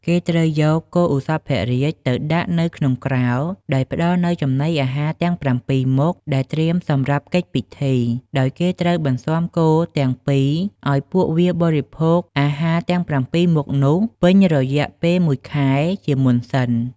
គេត្រូវយក គោឧសភរាជទៅដាក់នៅក្នុងក្រោលដោយផ្ដល់នូវចំណីអាហារទាំង ៧មុខ ដែលត្រៀមសម្រាប់កិច្ចពិធី ដោយគេត្រូវបន្សាំគោទាំងពីរឱ្យពួកវាបរិភោគអាហារទាំង៧មុខនោះពេញរយៈពេល ១ខែជាមុនសិន។